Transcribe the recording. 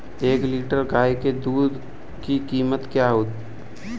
एक लीटर गाय के दूध की कीमत क्या है?